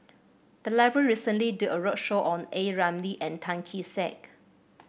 the library recently did a roadshow on A Ramli and Tan Kee Sek